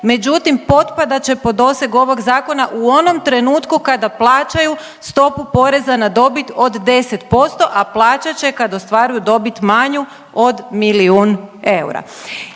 međutim, potpadat će po dosegu ovog Zakona u onom trenutku kada plaćaju stopu poreza na dobit od 10%, a plaćat će kad ostvaruju dobit manju od milijun eura.